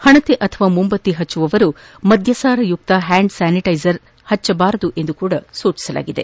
ಹಣತೆ ಅಥವಾ ಮೊಂಬತ್ತಿ ಹಚ್ಚುವವರು ಮದ್ದಸಾರಯುಕ್ತ ಹ್ಯಾಂಡ್ ಸ್ಥಾನಿಟೈಸರ್ ಹಚ್ಚಿರಬಾರದು ಎಂದೂ ಸಹ ಸೂಚಿಸಲಾಗಿದೆ